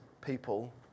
people